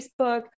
Facebook